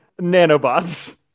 nanobots